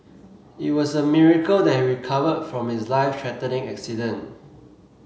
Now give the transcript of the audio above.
it was a miracle that he recovered from his life threatening accident